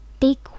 take